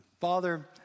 Father